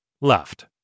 Left